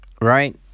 Right